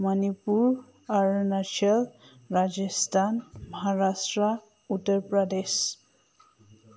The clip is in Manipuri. ꯃꯅꯤꯄꯨꯔ ꯑꯥꯔꯨꯅꯥꯆꯜ ꯔꯥꯖꯁꯊꯥꯟ ꯃꯍꯥꯔꯥꯁꯇ꯭ꯔꯥ ꯎꯠꯇꯔ ꯄ꯭ꯔꯗꯦꯁ